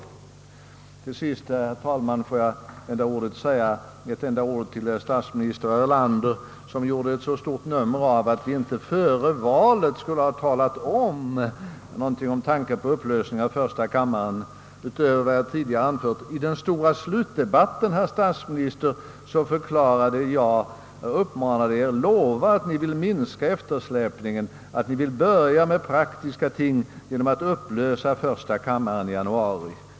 Får jag också, herr talman, när jag ändå har ordet, säga en enda sak till herr statsminister Erlander som gjorde så stort nummer av att vi inte före valet skulle ha nämnt något om tanken på upplösning av första kammaren. Utöver vad jag tidigare anfört, uppmanade jag i den stora slutdebatten, herr statsminister, er att lova att minska eftersläpningen och att pröva med praktiska ting genom att upplösa första kammaren i januari.